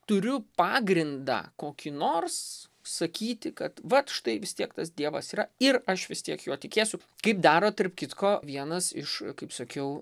turiu pagrindą kokį nors sakyti kad vat štai vis tiek tas dievas yra ir aš vis tiek juo tikėsiu kaip daro tarp kitko vienas iš kaip sakiau